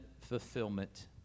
fulfillment